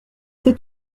c’est